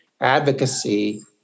advocacy